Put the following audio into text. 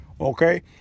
okay